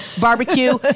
barbecue